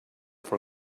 for